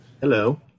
Hello